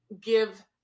give